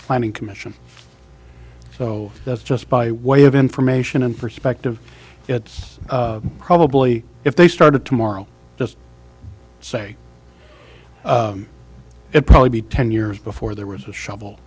planning commission so that just by way of information and perspective it's probably if they started tomorrow just say it probably be ten years before there was a shovel